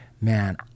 Man